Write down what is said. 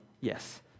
Yes